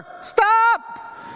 Stop